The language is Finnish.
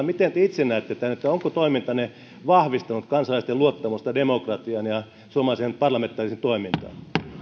miten te itse näette tämän onko toimintanne vahvistanut kansalaisten luottamusta demokratiaan ja suomalaiseen parlamentaariseen toimintaan